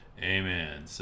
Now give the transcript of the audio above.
Amen